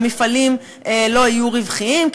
המפעלים לא יהיו רווחיים,